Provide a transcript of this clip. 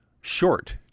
short